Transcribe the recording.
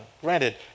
Granted